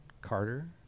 Carter